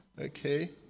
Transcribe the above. Okay